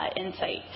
insight